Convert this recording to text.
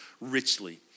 richly